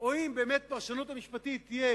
או אם באמת הפרשנות המשפטית תהיה